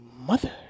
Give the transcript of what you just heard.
Mother